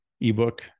ebook